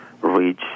reach